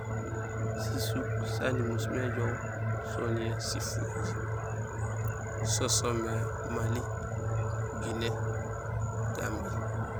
Sisuk saan imusmé ijoow soniyee sifojiir so soomé Mali, Guinée, Gambie.